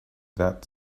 that